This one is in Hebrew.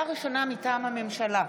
היום יום רביעי,